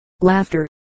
Laughter